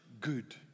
good